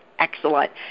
excellent